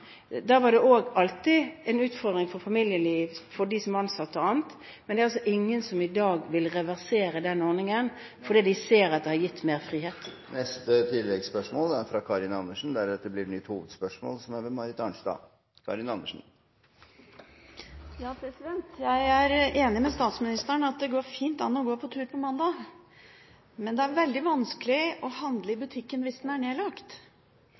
utfordring for familielivet til de ansatte og andre. Men det er ingen i dag som vil reversere denne ordningen – de ser at den har gitt mer frihet. Karin Andersen – til oppfølgingsspørsmål. Jeg er enig med statsministeren i at det fint går an å gå på tur på en mandag. Men det er veldig vanskelig å handle i butikken hvis den er nedlagt.